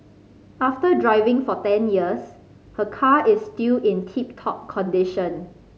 after driving for ten years her car is still in tip top condition